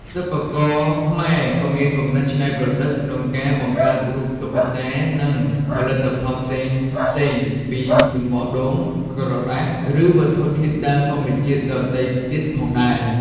សិប្បករខ្មែរក៏មានគំនិតច្នៃប្រឌិតក្នុងការបង្កើត រូបតុក្កតា និងផលិតផលផ្សេងៗពី សំបកដូង ក្រដាស ឬវត្ថុធាតុដើមធម្មជាតិដទៃទៀតផងដែរ។